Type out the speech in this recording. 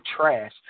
trash